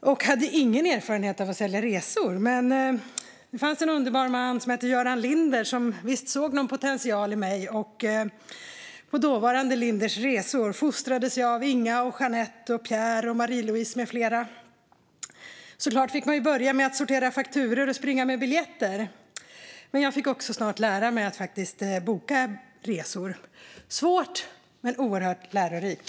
och hade ingen erfarenhet av att sälja resor, men det fanns en underbar man som hette Göran Linder och som visst såg någon potential i mig. På dåvarande Linders Resor fostrades jag av Inga, Jeanette, Pierre, Marie Louise med flera. Såklart fick man börja med att sortera fakturor och springa med biljetter, men jag fick också snart lära mig att boka resor - svårt men oerhört lärorikt.